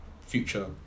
future